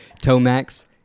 Tomax